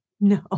No